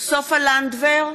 סופה לנדבר,